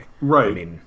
Right